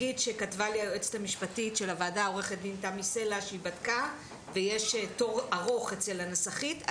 היועצת המשפטית של הוועדה כתבה לי שהיא בדקה ויש תור ארוך אצל הנסחית.